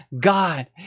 God